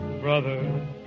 Brother